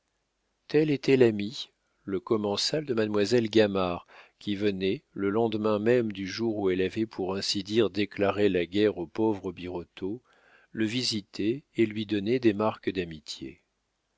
tel était l'ami le commensal de mademoiselle gamard qui venait le lendemain même du jour où elle avait pour ainsi dire déclaré la guerre au pauvre birotteau le visiter et lui donner des marques d'amitié